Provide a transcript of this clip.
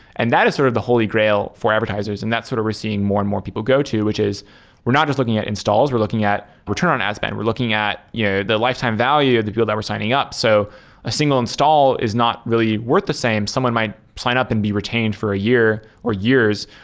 and that is sort of the holy grail for advertisers and that's sort of we're seeing more and more people go to which is we're not just looking at installs. we're looking at return on ad spent. we're looking at yeah the lifetime value of the people that we're signing up. so a single install is not really worth the same. someone might sign up and be retained for a year or years.